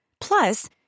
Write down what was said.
Plus